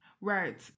Right